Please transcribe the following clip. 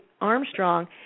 Armstrong